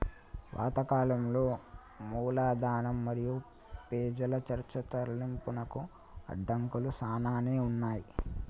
పాత కాలంలో మూలధనం మరియు పెజల చర్చ తరలింపునకు అడంకులు సానానే ఉన్నాయి